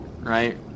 right